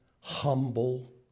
Humble